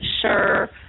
sure